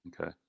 Okay